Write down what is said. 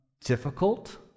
difficult